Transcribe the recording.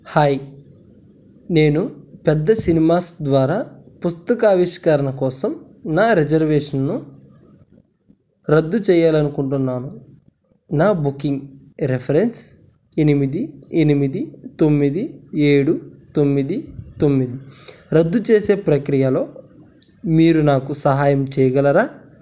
hi నేను పెద్ద cinemas ద్వారా పుస్తక ఆవిష్కరణ కోసం నా రిజర్వేషన్ను రద్దు చేయాలి అనుకుంటున్నాను నా బుకింగ్ రిఫరెన్స్ ఎనిమిది ఎనిమిది తొమ్మిది ఏడు తొమ్మిది తొమ్మిది రద్దు చేసే ప్రక్రియలో మీరు నాకు సహాయం చేయగలరా